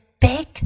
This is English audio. big